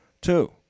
Two